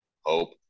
Hope